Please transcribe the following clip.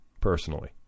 personally